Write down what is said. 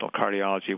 cardiology